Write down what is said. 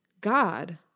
God